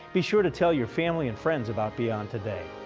be sure to tell your family and friends about beyond today.